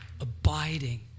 abiding